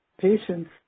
Patients